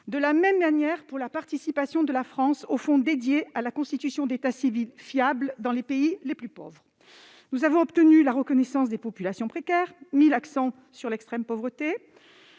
cette position. pour la participation de la France au fonds dédié à la constitution d'états civils fiables dans les pays les plus pauvres. Nous avons obtenu la reconnaissance des populations précaires et mis l'accent sur l'extrême pauvreté.